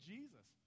Jesus